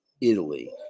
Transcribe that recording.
Italy